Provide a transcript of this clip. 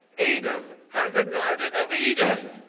eden, had the garden of eden.